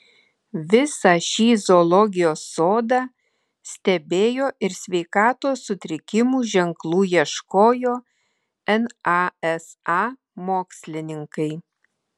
visą šį zoologijos sodą stebėjo ir sveikatos sutrikimų ženklų ieškojo nasa mokslininkai